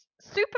Super